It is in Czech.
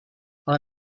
ale